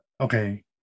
Okay